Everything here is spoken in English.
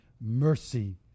mercy